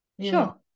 Sure